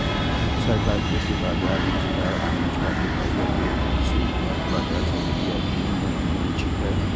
सरकार कृषि बाजार मे सुधार आने खातिर पहिल बेर कृषि उत्पाद बाजार समिति अधिनियम बनेने रहै